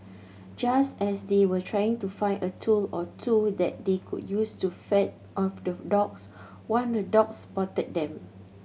just as they were trying to find a tool or two that they could use to fend off the dogs one of the dogs spotted them